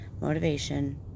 motivation